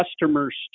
customers